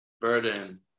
burden